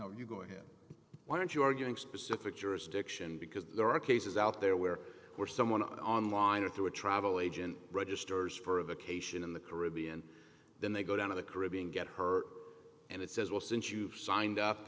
know you're going why don't you are getting specific jurisdiction because there are cases out there where we're someone online or through a travel agent registers for a vacation in the caribbean then they go down to the caribbean get her and it says well since you signed up